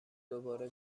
دوباره